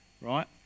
right